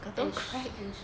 and shorts